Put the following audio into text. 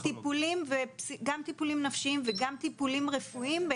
גם טיפולים נפשיים וגם טיפולים רפואיים.